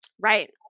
Right